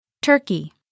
Turkey